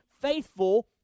faithful